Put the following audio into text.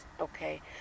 Okay